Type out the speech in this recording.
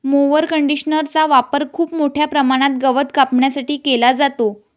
mower कंडिशनरचा वापर खूप मोठ्या प्रमाणात गवत कापण्यासाठी केला जातो